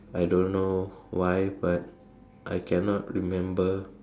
I don't know why but I cannot remember